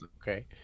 okay